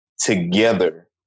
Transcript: together